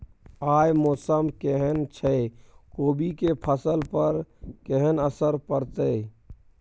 आय मौसम केहन छै कोबी के फसल पर केहन असर परतै?